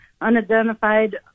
unidentified